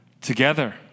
together